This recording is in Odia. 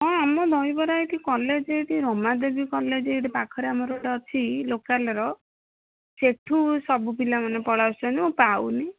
ହଁ ଆମ ଦହିବରା ଏଇଠି କଲେଜ ଏଇଠି ରମାଦେବୀ କଲେଜ ଏଇଠି ପାଖରେ ଆମର ଗୋଟେ ଅଛି ଲୋକାଲର ସେଠୁ ସବୁ ପିଲାମାନେ ପଳାଇଆସୁଛନ୍ତି ମୁଁ ପାଉନି